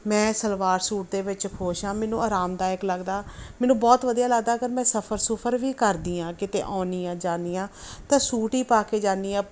ਮੈਂ ਸਲਵਾਰ ਸੂਟ ਦੇ ਵਿੱਚ ਖੁਸ਼ ਹਾਂ ਮੈਨੂੰ ਆਰਾਮਦਾਇਕ ਲੱਗਦਾ ਮੈਨੂੰ ਬਹੁਤ ਵਧੀਆ ਲੱਗਦਾ ਅਗਰ ਮੈਂ ਸਫ਼ਰ ਸੁਫਰ ਵੀ ਕਰਦੀ ਹਾਂ ਕਿਤੇ ਆਉਂਦੀ ਹਾਂ ਜਾਂਦੀ ਹਾਂ ਤਾਂ ਸੂਟ ਹੀ ਪਾ ਕੇ ਜਾਂਦੀ ਹਾਂ